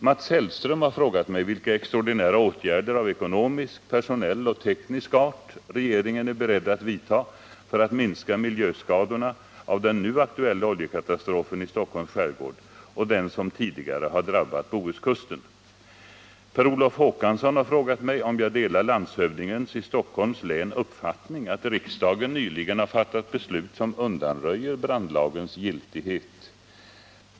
Mats Hellström har frågat mig vilka extraordinära åtgärder av ekonomisk, personell och teknisk art regeringen är beredd att vidta för att minska miljöskadorna av den nu aktuella oljekatastrofen i Stockholms skärgård och av den som tidigare har drabbat Bohuskusten. Per Olof Håkansson har frågat mig om jag delar landshövdingens i Stockholms län uppfattning att riksdagen nyligen har fattat beslut som undanröjer brandlagens giltighet.